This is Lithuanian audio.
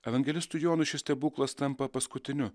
evangelistui jonui šis stebuklas tampa paskutiniu